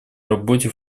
работе